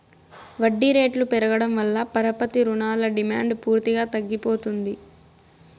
వడ్డీ రేట్లు పెరగడం వల్ల పరపతి రుణాల డిమాండ్ పూర్తిగా తగ్గిపోతుంది